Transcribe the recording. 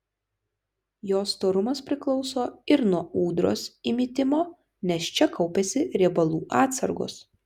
jos storumas priklauso ir nuo ūdros įmitimo nes čia kaupiasi riebalų atsargos